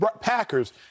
Packers